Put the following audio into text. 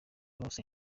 bose